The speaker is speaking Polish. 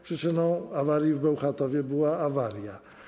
Przyczyną awarii w Bełchatowie była awaria.